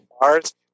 bars